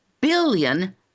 billion